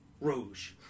Rouge